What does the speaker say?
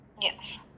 Yes